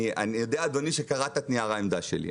אני יודע, אדוני, שקראת את נייר העמדה שלי.